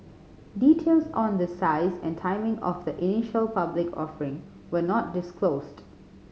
details on the size and timing of the initial public offering were not disclosed